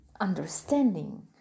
understanding